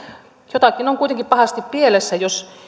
jotakin on kuitenkin pahasti pielessä jos ei